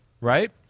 right